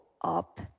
up